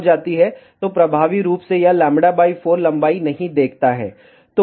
तो प्रभावी रूप से यह λ 4 लंबाई नहीं देखता है